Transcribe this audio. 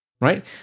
Right